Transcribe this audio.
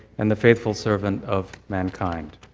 and the faithful servant of mankind.